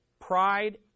Pride